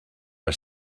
are